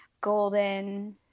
golden